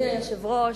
אדוני היושב-ראש,